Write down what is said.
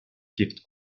gift